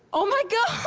oh, my gosh.